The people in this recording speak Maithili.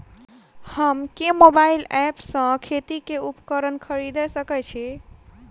हम केँ मोबाइल ऐप सँ खेती केँ उपकरण खरीदै सकैत छी?